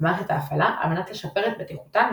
במערכת ההפעלה על-מנת לשפר את בטיחותן,